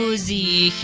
um zero